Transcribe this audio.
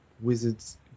wizard's